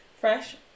fresh